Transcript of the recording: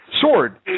Sword